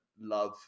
love